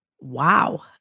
Wow